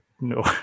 No